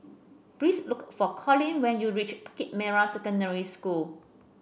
please look for Collin when you reach Bukit Merah Secondary School